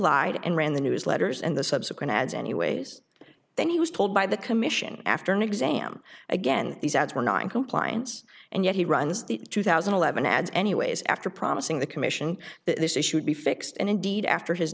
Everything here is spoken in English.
lied and ran the newsletters and the subsequent ads anyways then he was told by the commission after nick sam again these ads were not in compliance and yet he runs the two thousand and eleven ads anyways after promising the commission that this issue would be fixed and indeed after his